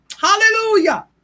Hallelujah